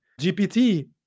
GPT